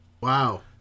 Wow